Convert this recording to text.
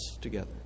together